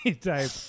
type